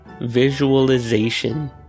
Visualization